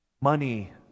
Money